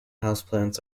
houseplants